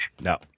No